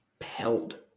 held